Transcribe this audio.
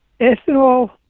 ethanol